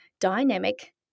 dynamic